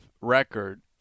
record